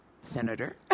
Senator